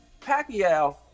Pacquiao